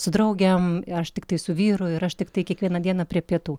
su draugėm aš tiktai su vyru ir aš tiktai kiekvieną dieną prie pietų